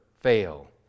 fail